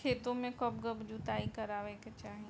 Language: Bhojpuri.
खेतो में कब कब जुताई करावे के चाहि?